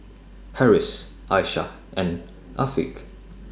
Harris Aisyah and Afiq